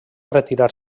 retirar